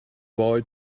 boy